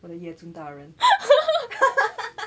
我的夜侦大人